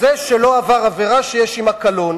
אדם שלא עבר עבירה שיש עמה קלון.